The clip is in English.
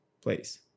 place